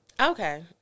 Okay